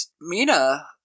Mina